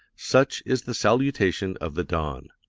such is the salutation of the dawn.